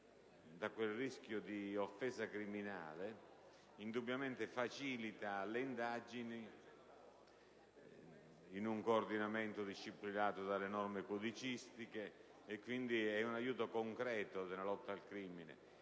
dal rischio di offesa criminale indubbiamente facilita le indagini, in un coordinamento disciplinato dalle norme codicistiche e, quindi, è un aiuto concreto nella lotta al crimine.